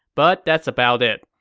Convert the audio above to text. but that's about it.